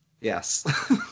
Yes